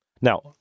Now